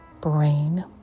brain